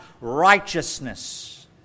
righteousness